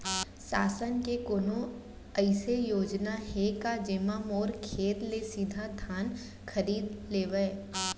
शासन के कोनो अइसे योजना हे का, जेमा मोर खेत ले सीधा धान खरीद लेवय?